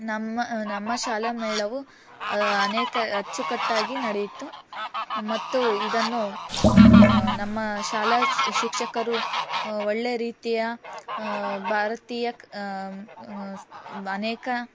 ನಮ್ಮ ನಮ್ಮ ಶಾಲಾ ಮೇಳವು ಅನೇಕ ಅಚ್ಚುಕಟ್ಟಾಗಿ ನಡೆಯಿತು ಮತ್ತು ಇದನ್ನು ನಮ್ಮ ಶಾಲಾ ಸ್ ಶಿಕ್ಷಕರು ಒಳ್ಳೆ ರೀತಿಯ ಭಾರತೀಯ ಅನೇಕ